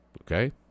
okay